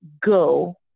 go